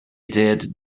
did